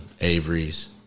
Avery's